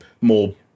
more